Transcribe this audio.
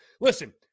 Listen